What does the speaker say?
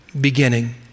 beginning